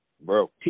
Bro